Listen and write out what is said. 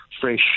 fresh